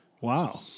Wow